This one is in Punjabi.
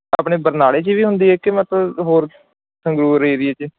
ਆਪਣੇ ਬਰਨਾਲੇ 'ਚ ਵੀ ਹੁੰਦੀ ਹੈ ਕਿ ਮਤਲਬ ਹੋਰ ਸੰਗਰੂਰ ਏਰੀਏ 'ਚ